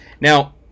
Now